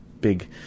big